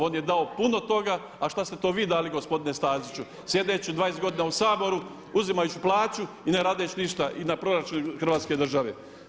On je dao puno toga a šta ste to vi dali gospodine Staziću sjedeći 20 godina u Saboru uzimajući plaću i ne radeći ništa i na proračun Hrvatske države?